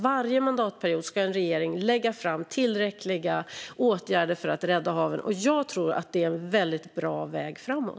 Varje mandatperiod ska en regering lägga fram tillräckliga åtgärder för att rädda haven. Jag tror att det är en väldigt bra väg framåt.